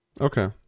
Okay